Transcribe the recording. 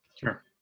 Sure